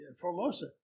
Formosa